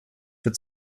wird